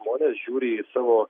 žmonės žiūri į savo